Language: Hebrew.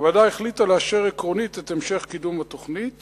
הוועדה החליטה לאשר עקרונית את המשך קידום התוכנית